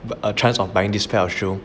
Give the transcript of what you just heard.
the chance of buying this pair of shoe